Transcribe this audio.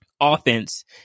offense